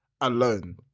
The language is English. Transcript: alone